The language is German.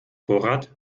vorrat